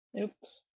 Oops